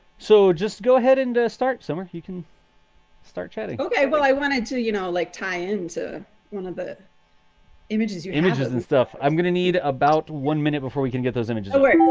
so just go ahead and start, summer. you can start chatting. ok. well, i wanted to, you know, like tie into one of the images, your images and stuff. i'm gonna need about one minute before we can get those images away.